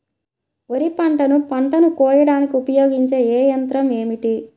వరిపంటను పంటను కోయడానికి ఉపయోగించే ఏ యంత్రం ఏమిటి?